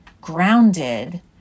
grounded